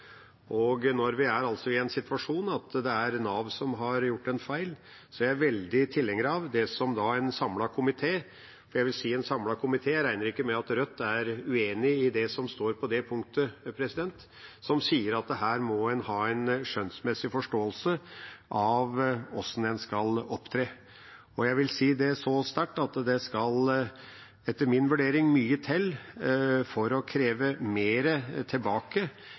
Når det er en situasjon hvor det er Nav som har gjort en feil, er jeg veldig tilhenger av det en samlet komité sier – jeg vil si en samlet komité, jeg regner med at Rødt ikke er uenig i det som står på det punktet – at en her må ha en skjønnsmessig forståelse av hvordan en skal opptre. Jeg vil si det så sterkt at det etter min vurdering skal mye til for å kreve mer tilbake